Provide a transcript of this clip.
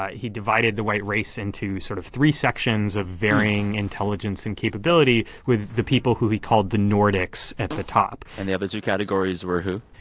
ah he divided the white race into sort of three sections of varying intelligence and capability, with the people who he called the nordics at the top and the other two categories were who?